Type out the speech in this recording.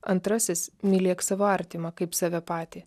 antrasis mylėk savo artimą kaip save patį